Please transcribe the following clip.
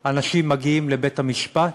אנשים מגיעים לבית-המשפט,